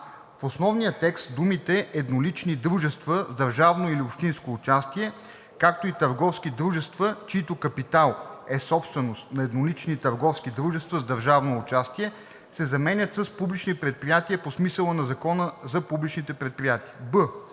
в основния текст думите „Еднолични дружества с държавно или общинско участие, както и търговски дружества, чийто капитал е собственост на еднолични търговски дружества с държавно участие“ се заменят с „Публичните предприятия по смисъла на Закона за публичните предприятия“;